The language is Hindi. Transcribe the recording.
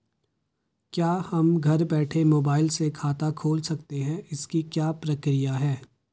क्या हम घर बैठे मोबाइल से खाता खोल सकते हैं इसकी क्या प्रक्रिया है?